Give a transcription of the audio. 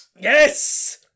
Yes